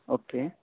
okay